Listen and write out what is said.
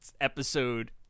episode